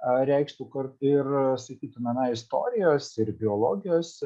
reikštų kad ir sakytume istorijos ir biologijos